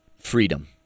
freedom